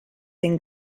den